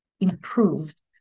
improved